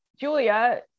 Julia